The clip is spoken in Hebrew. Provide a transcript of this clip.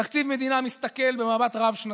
תקציב מדינה מסתכל במבט רב-שנתי,